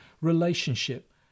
relationship